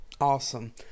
Awesome